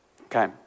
Okay